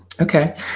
Okay